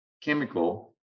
chemical